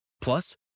Plus